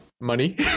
money